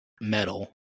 metal